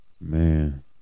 man